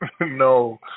No